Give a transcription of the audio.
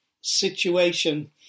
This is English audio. situation